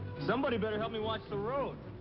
somebody better help me watch the road.